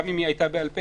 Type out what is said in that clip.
גם אם היא הייתה בעל פה.